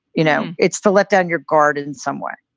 you know, it's to let down your guard and in some way.